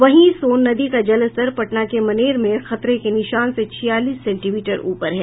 वहीं सोन नदी का जलस्तर पटना के मनेर में खतरे के निशान से छियालीस सेंटीमीटर ऊपर है